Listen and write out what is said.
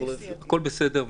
הכול בסדר,